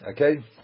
Okay